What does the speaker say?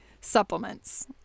supplements